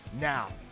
Now